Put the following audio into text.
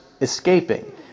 escaping